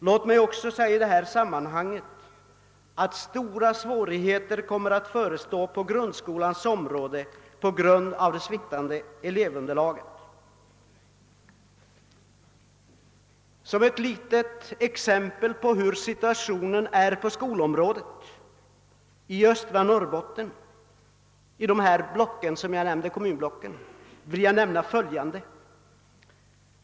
Låt mig också i detta sammanhang framhålla, att stora svårigheter kommer att förestå i fråga om grundskolan på grund av det sviktande elevunderlaget. Som ett litet exempel på hur situationen ter sig på skolområdet inom de nämnda kommunblocken i östra Norrbotten vill jag anföra följande.